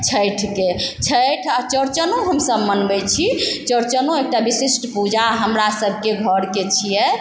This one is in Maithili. छैठके छैठ आओर चोरचनो हमसभ मनबय छी चोरचनो एक टा विशिष्ट पूजा हमरा सबके घरके छियै